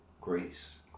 grace